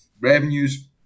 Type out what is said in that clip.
revenues